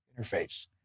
interface